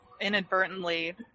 inadvertently